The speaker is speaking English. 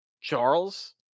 Charles